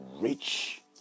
rich